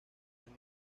año